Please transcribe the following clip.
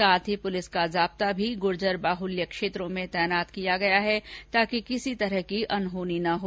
साथ ही पुलिस का जाब्ता भी गुर्जर बाहुल्य क्षेत्रों में तैनात किया गया है ताकि किसी तरह की अनहोनी ना हो